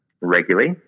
regularly